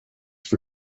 for